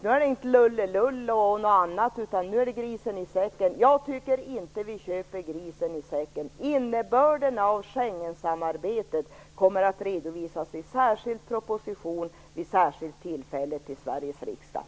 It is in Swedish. Nu är det inte lullelull eller något annat, utan nu är det grisen i säcken. Jag tycker inte att vi köper grisen i säcken. Innebörden av Schengensamarbetet kommer att redovisas i särskild proposition vid särskilt tillfälle till Sveriges riksdag.